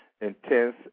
intense